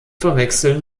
verwechseln